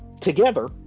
together